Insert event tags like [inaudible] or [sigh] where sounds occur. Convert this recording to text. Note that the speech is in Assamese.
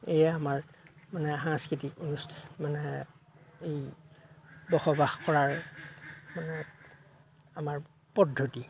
এয়া আমাৰ মানে সাংস্কৃতিক [unintelligible] মানে এই বসবাস কৰাৰ মানে আমাৰ পদ্ধতি